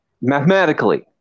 Mathematically